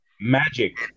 Magic